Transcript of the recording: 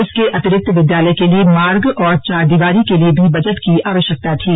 इसके अतिरिक्त विद्यालय के लिए मार्ग और चाहर दिवारी के लिए भी बजट की आवश्यकता थी